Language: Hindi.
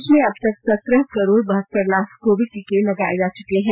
देश में अब तक सत्रह करोड़ बहतर लाख कोविड टीके लगाये जा चुके हैं